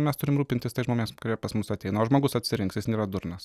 mes turim rūpintis tais žmonės kurie pas mus ateina o žmogus atsirinks jis nėra durnas